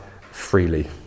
freely